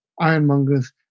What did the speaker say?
ironmongers